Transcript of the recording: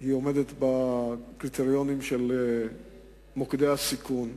עומד בקריטריונים של מוקדי הסיכון,